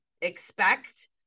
expect